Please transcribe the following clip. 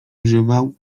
używał